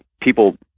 people